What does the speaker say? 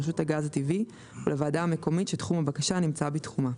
לרשות הגז הטבעי ולוועדה המקומית שתחום הבקשה נמצא בתחומה.